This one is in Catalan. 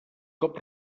cop